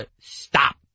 Stop